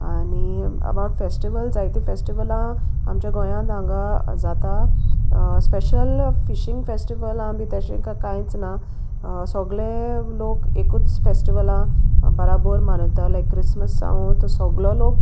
आनी अबावट फेस्टिवल जायती फेस्टिवलां आमच्या गोंयांत हांगा जाता स्पेशल फिशींग फेस्टिवलां बी तशें कांयच ना सोगले लोक एकूच फेस्टिवलां बराबोर मानयतोले क्रिसमस जावूं तो सोगलो लोक